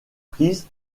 prise